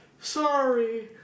sorry